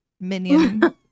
minion